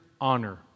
honor